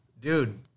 Dude